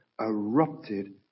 erupted